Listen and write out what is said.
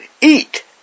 eat